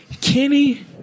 Kenny